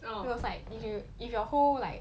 he was like if your whole like